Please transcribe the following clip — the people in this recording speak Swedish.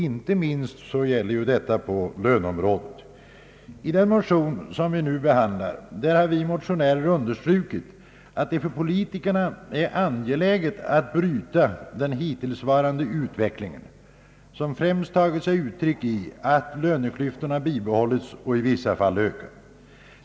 Inte minst gäller detta på löneområdet. I den motion som vi nu behandlar har vi motionärer understrukit att det för politikerna är angeläget att bryta den hittillsvarande utvecklingen, som främst tagit sig uttryck i att löneklyftorna bibehållits och i vissa fall ökats.